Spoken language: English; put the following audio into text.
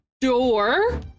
door